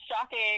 shocking